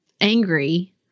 angry